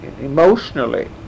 emotionally